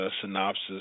synopsis